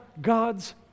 God's